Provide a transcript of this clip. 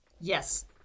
yes